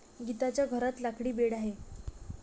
गीताच्या घरात लाकडी बेड आहे